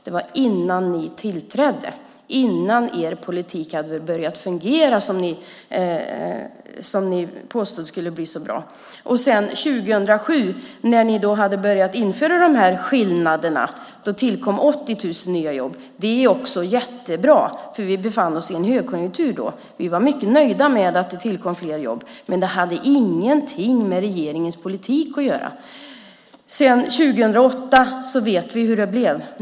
Det var innan ni tillträdde och innan er politik hade börjat fungera, som ni påstod skulle bli så bra. Sedan, 2007, när ni hade börjat införa de här skillnaderna, tillkom 80 000 nya jobb. Det är också jättebra, för vi befann oss i en högkonjunktur då. Vi var mycket nöjda med att det tillkom fler jobb, men det hade ingenting med regeringens politik att göra. Sedan, 2008, vet vi hur det blev.